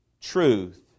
truth